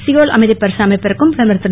Seoul அமைதிப் பரிசு அமைப்பிற்கும் பிரதமர் திரு